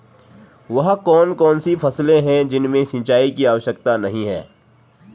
वह कौन कौन सी फसलें हैं जिनमें सिंचाई की आवश्यकता नहीं है?